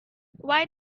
why